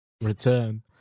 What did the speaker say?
return